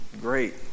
great